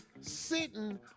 sitting